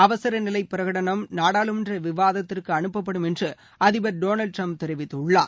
அவசர நிலை பிரகடனம் நாடாளுமன்ற விவாதத்திற்கு அனுப்பப்படும் என்று அதிபர் டொனால்டு டிரம்ப் தெரிவித்துள்ளார்